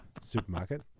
Supermarket